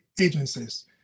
agencies